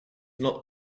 not